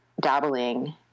dabbling